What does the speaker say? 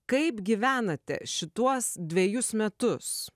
kaip gyvenate šituos dvejus metus